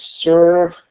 serve